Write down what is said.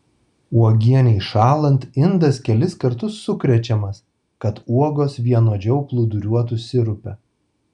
uogienei šąlant indas kelis kartus sukrečiamas kad uogos vienodžiau plūduriuotų sirupe